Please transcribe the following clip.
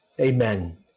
Amen